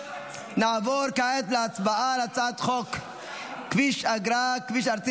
נעבור כעת להצבעה על הצעת חוק כביש אגרה (כביש ארצי